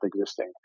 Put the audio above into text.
existing